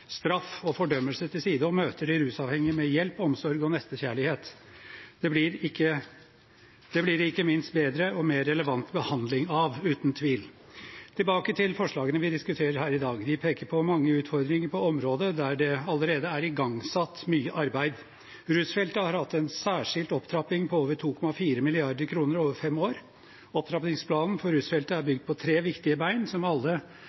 straff og fordømmelse til side og møter de rusavhengige med hjelp, omsorg og nestekjærlighet. Det blir det ikke minst bedre og mer relevant behandling av – uten tvil. Tilbake til forslagene vi diskuterer her i dag: De peker på mange utfordringer på områder der det allerede er igangsatt mye arbeid. Rusfeltet har hatt en særskilt opptrapping på over 2,4 mrd. kr over fem år. Opptrappingsplanen for rusfeltet er bygd på tre viktige bein, som alle